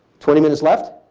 twenty minutes left.